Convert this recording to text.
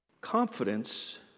Confidence